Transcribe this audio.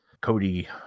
Cody